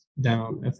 down